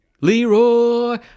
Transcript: Leroy